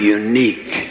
unique